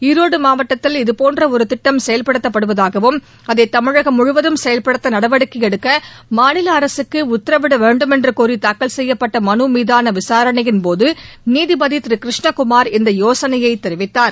ஈரோடு மாவட்டத்தில் இது போன்ற ஒரு திட்டம் செயல்படுத்தப்படுவதாகவும் அதை தமிழகம் முழுவதும் செயல்படுத்த நடவடிக்கை எடுக்க மாநில அரசுக்கு உத்தரவிட வேண்டுமென்று கோரி தாக்கல் செய்யப்பட்ட மனு மீதான விசாரணையின்போது நீதிபதி திரு கிருஷ்ணகுமார் இந்த யோசனையை தெரிவித்தார்